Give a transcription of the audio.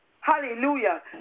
Hallelujah